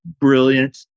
brilliant